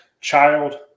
child